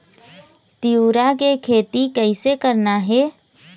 तिऊरा के खेती कइसे करना हे?